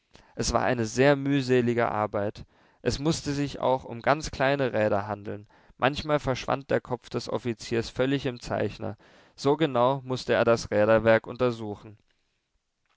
es war eine sehr mühselige arbeit es mußte sich auch um ganz kleine räder handeln manchmal verschwand der kopf des offiziers völlig im zeichner so genau mußte er das räderwerk untersuchen